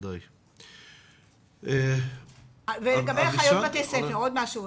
אני רוצה להתייחס גם לאחיות בתי הספר.